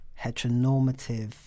heteronormative